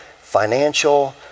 financial